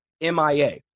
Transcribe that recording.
MIA